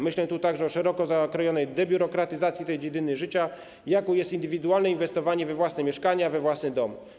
Myślę tu także o szeroko zakrojonej debiurokratyzacji tej dziedziny życia, jaką jest indywidualne inwestowanie we własne mieszkanie, we własny dom.